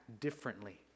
differently